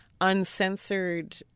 uncensored